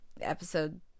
episode